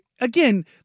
again